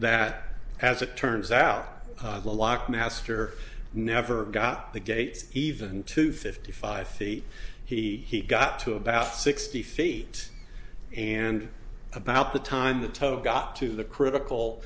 that as it turns out the lockmaster never got the gates even to fifty five feet he got to about sixty feet and about the time the tow got to the critical